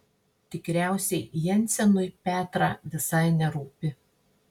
tikriausiai jensenui petrą visai nerūpi